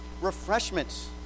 refreshments